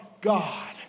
God